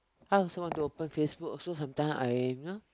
I also want to open Facebook also sometimes I you know